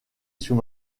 sous